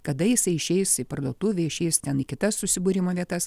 kada jisai išeis į parduotuvę išeis ten į kitas susibūrimo vietas